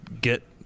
get